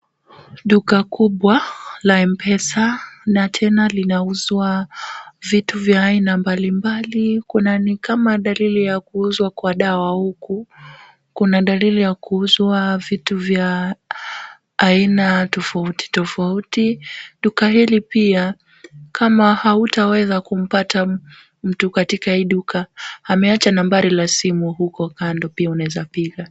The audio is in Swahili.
Duka kubwa la Mpesa ,na tena linauzwa vitu vya aina mbalimbali ,kuna ni kama dalili ya kuuzwa kwa dawa huku ,kuna dalili ya kuuzwa vitu vya aina tofauti tofauti, duka hili pia kama hautaweza kumpata mtu katika hii duka, ameacha nambari la simu huko kando pia unaweza piga .